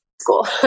school